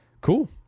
Cool